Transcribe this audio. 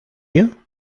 you